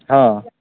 ହଁ